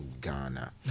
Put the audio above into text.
Ghana